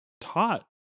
taught